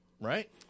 right